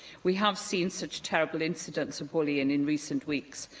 we have seen such terrible incidents of bullying in recent weeks,